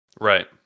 Right